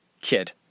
kid